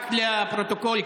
רק לפרוטוקול,